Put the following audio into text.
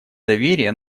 доверия